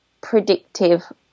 predictive